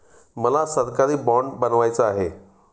मला सरकारी बाँड बनवायचा आहे